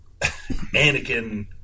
Anakin